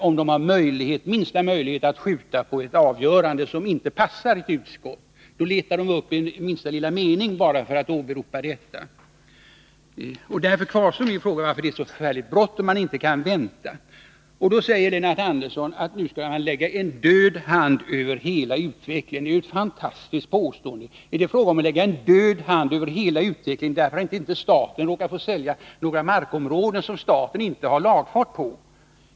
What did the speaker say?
Om det finns minsta möjlighet att skjuta på ett avgörande som inte passar ett utskott letar man upp minsta lilla mening som skäl för att vänta. Därför kvarstår frågan varför det är så bråttom. Lennart Andersson säger att man, om man väntar med beslut, lägger en död hand över hela utvecklingen. Det är ett fantastiskt påstående. Är det fråga om att lägga en död hand över utvecklingen därför att inte staten får sälja några markområden som staten inte har lagfart på?